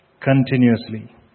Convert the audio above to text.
continuously